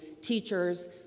teachers